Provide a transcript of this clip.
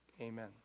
amen